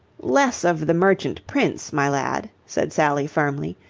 less of the merchant prince, my lad, said sally, firmly.